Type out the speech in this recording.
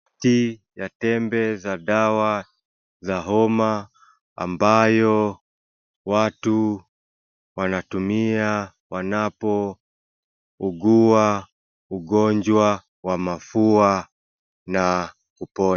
Pakiti ya tembe za dawa za homa ambayo watu wanatumia wanapougua ugonjwa wa mafua na upo...